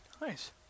Nice